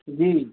जी